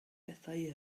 bethau